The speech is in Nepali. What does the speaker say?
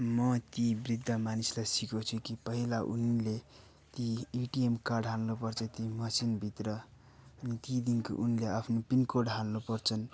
म ती वृद्ध मानिसलाई सिकाउँछु कि पहिला उनले ती एटीएम कार्ड हाल्नु पर्छ ती मसिनभित्र ती दिनको उनले आफ्नो पिन कोड हाल्नु पर्छन्